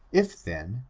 if then,